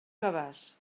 cabàs